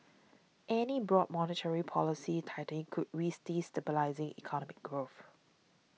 any broad monetary policy tightening could risk destabilising economic growth